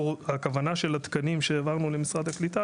הכוונה של התקנים שהעברנו למשרד הקליטה,